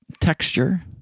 texture